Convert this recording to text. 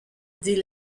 dit